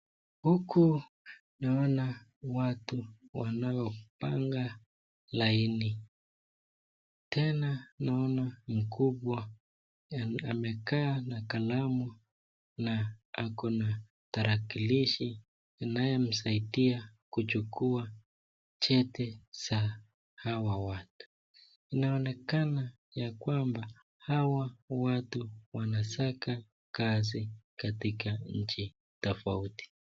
Huku naona watu wanaopanga laini. Tena naona mkubwa amekaa na kalamu na ako na tarakilishi inayemsaidia kuchukua cheti za hawa watu. Inaonekana ya kwamba hawa watu wanasaka kazi katika nchi tofauti.